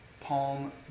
palm